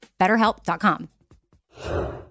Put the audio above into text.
BetterHelp.com